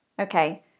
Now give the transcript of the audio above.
Okay